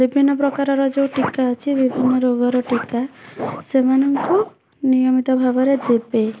ବିଭିନ୍ନ ପ୍ରକାରର ଯୋଉ ଟୀକା ଅଛି ବିଭିନ୍ନ ରୋଗର ଟୀକା ସେମାନଙ୍କୁ ନିୟମିତ ଭାବରେ ଦେବେ